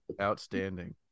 Outstanding